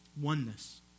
Oneness